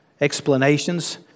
explanations